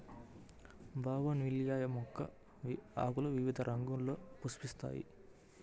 bougainvillea మొక్క ఆకులు వివిధ రంగుల్లో పుష్పిస్తాయి